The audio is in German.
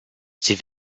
sie